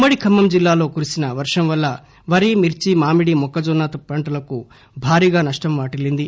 ఉమ్మడి ఖమ్మం జిల్లాలో కురిసిన వర్షం వల్ల వరి మిర్చి మామిడి మొక్కజొన్న పంటలకు భారీగా నష్షం వాటిల్లింది